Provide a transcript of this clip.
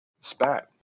spat